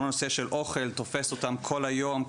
כל נושא של אוכל תופס אותם כל היום,